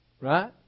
Right